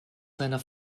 seiner